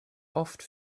oft